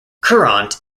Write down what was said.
courant